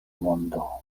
mondo